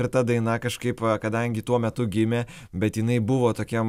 ir ta daina kažkaip kadangi tuo metu gimė bet jinai buvo tokiam